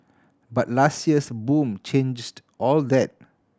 but last year's boom changed all that